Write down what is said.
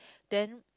then